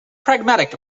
pragmatic